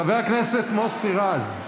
חבר הכנסת מוסי רז,